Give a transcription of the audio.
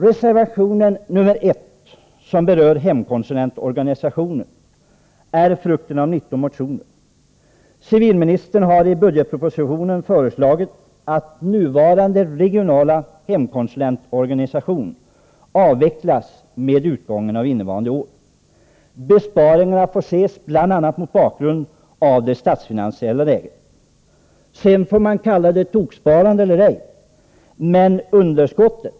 Reservation 1, som berör hemkonsulentorganisationen, är frukten av 19 motioner. Civilministern har i budgetpropositionen föreslagit att nuvarande regionala hemkonsulentorganisation avvecklas med utgången av innevarande år. Besparingarna får ses bl.a. mot bakgrunden av det statsfinansiella läget. Sedan får man kalla det toksparande eller ej, som Hans Petersson i Hallstahammar uttryckte det.